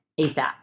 ASAP